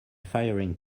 firing